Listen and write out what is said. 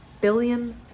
billion